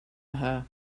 her